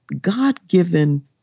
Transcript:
God-given